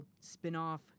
spin-off